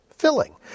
filling